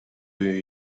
you